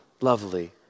lovely